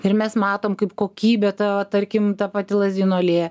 ir mes matom kaip kokybė ta tarkim ta pati lazdynų alėja